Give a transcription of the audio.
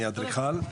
אני אדריכל,